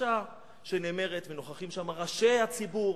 דרשה שנאמרת ונוכחים שם ראשי הציבור,